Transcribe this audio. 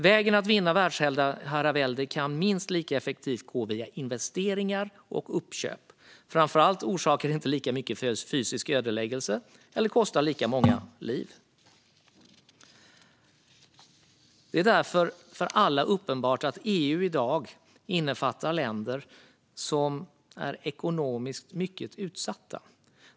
Vägen mot att vinna världsherravälde kan minst lika effektivt gå via investeringar och uppköp. Framför allt orsakar det inte lika mycket fysisk ödeläggelse och kostar inte lika många liv. Det är för alla uppenbart att EU i dag innefattar länder som är ekonomiskt mycket utsatta.